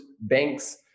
banks